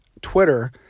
Twitter